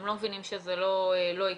הם לא מבינים שזה לא יקרה,